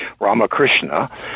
Ramakrishna